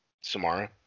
samara